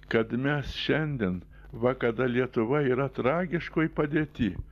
kad mes šiandien va kada lietuva yra tragiškoj padėty